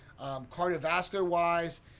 cardiovascular-wise